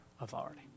authority